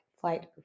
flight